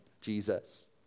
Jesus